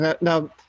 Now